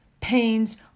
pains